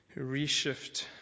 reshift